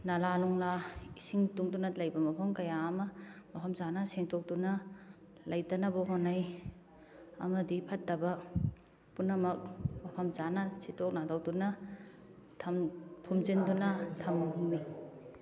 ꯅꯥꯂꯥ ꯅꯨꯡꯂꯥ ꯏꯁꯤꯡ ꯇꯨꯡꯗꯨꯅ ꯂꯩꯕ ꯃꯐꯝ ꯀꯌꯥ ꯑꯃ ꯃꯐꯝ ꯆꯥꯅ ꯁꯦꯡꯇꯣꯛꯇꯨꯅ ꯂꯩꯇꯅꯕ ꯍꯣꯠꯅꯩ ꯑꯃꯗꯤ ꯐꯠꯇꯕ ꯄꯨꯝꯅꯃꯛ ꯃꯐꯝ ꯆꯥꯅ ꯁꯤꯠꯇꯣꯛ ꯅꯥꯟꯊꯣꯛꯇꯨꯅ ꯐꯨꯝꯖꯤꯟꯗꯨꯅ ꯊꯝꯃꯤ